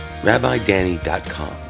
rabbidanny.com